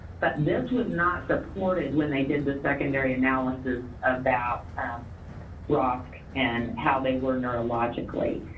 but this was not supported when they did the secondary analysis about block and how they were neurologically.